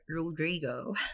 Rodrigo